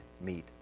meet